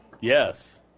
Yes